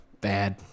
Bad